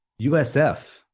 USF